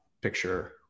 picture